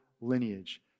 lineage